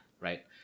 Right